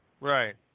Right